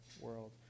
world